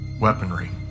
weaponry